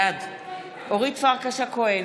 בעד אורית פרקש הכהן,